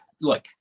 look